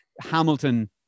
Hamilton